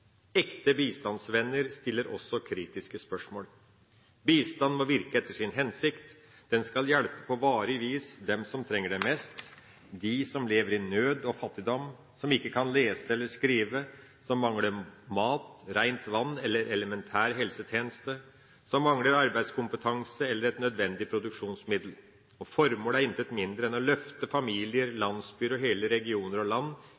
Ekte bistandsvenner stiller også kritiske spørsmål. Bistand må virke etter sin hensikt. Den skal hjelpe på varig vis dem som trenger det mest – de som lever i nød og fattigdom, som ikke kan lese eller skrive, som mangler mat, rent vann eller elementær helsetjeneste, som mangler arbeidskompetanse eller et nødvendig produksjonsmiddel. Formålet er intet mindre enn å løfte familier, landsbyer og hele regioner og land